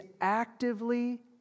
actively